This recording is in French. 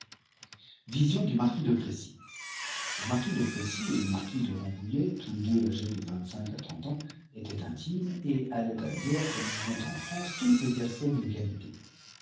viiion dumarquis de précy le marquis de précy et le marquis de rambouillet tons deux âgés de vingt-cinq à trente ans paient intimes et allaient à guerre comme y vont en france toutes les personnes de qualité